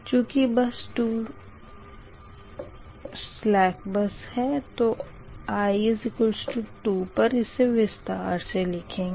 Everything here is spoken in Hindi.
चूँकि बस 2 सलेक बस है तो i2 पर इसे विस्तार से लिखेंगे